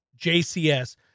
JCS